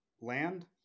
land